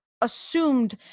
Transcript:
assumed